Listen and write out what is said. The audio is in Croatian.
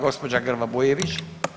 Gospođa Grba-Bujević.